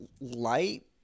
light